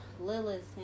Lilith